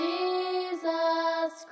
Jesus